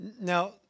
Now